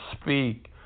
speak